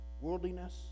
worldliness